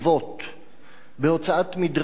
בהוצאת מדרשת בן-גוריון.